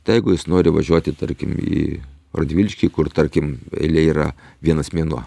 tegu jis nori važiuoti tarkim į radviliškį kur tarkim eilė yra vienas mėnuo